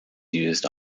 used